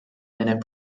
minute